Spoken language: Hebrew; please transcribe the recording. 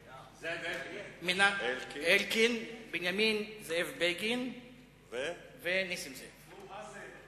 אלקין, בנימין זאב בגין ונסים זאב.